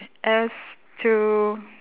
as to